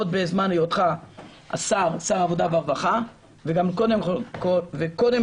עוד מזמן היותך שר העבודה והרווחה וגם קודם לכן,